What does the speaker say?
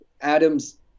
Adams